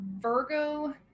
Virgo